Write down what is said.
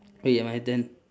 K my turn